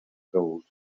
gold